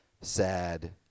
sad